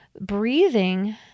breathing